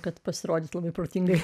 kad pasirodytų labai protingai